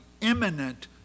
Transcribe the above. imminent